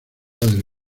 del